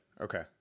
Okay